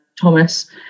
Thomas